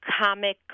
comic